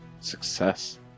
Success